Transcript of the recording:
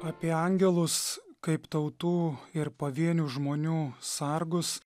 apie angelus kaip tautų ir pavienių žmonių sargus